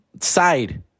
side